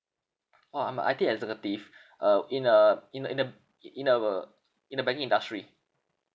orh I'm a I_T executive uh in a in a in a i~ in a uh in the banking industry